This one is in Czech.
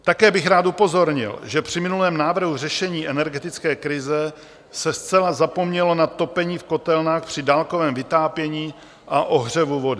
Také bych rád upozornil, že při minulém návrhu řešení energetické krize se zcela zapomnělo na topení v kotelnách při dálkovém vytápění a ohřevu vody.